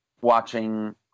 watching